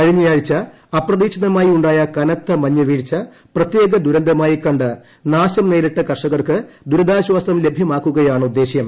കഴിഞ്ഞ ആഴ്ച അപ്രതീക്ഷിതമായി ഉണ്ടായ കനത്ത മഞ്ഞുവീഴ്ച പ്രത്യേക ദുരന്തമായി കണ്ട് നാശം നേരിട്ട കർഷകർക്ക് ദുരിതാശ്വാസം ലഭ്യമാക്കുകയാണ് ഉദ്ദേശ്യം